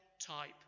type